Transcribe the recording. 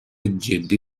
جدی